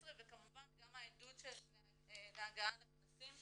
ופסיכומטרי וכמובן גם העידוד להגעה לכנסים